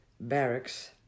barracks